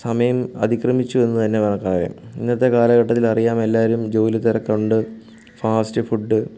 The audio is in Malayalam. സമയം അതിക്രമിച്ചു എന്ന് തന്നെ വേണം പറയാൻ ഇന്നത്തെ കാലഘട്ടത്തിൽ അറിയാം എല്ലാവരും ജോലി തിരക്കുണ്ട് ഫാസ്റ്റ് ഫുഡ്